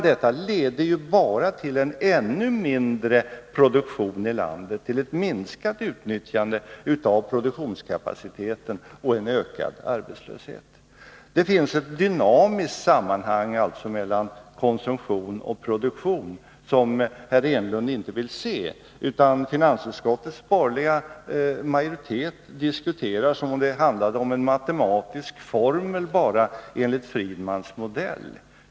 Detta leder bara till ännu mindre produktion i landet, till ett minskat utnyttjande av produktionskapaciteten och ökad arbetslöshet. Det finns ett dynamiskt samband mellan konsumtion och produktion som herr Enlund inte vill se, utan finansutskottets borgerliga majoritet diskuterar som om det bara handlade om en matematisk formel enligt Friedmans modell.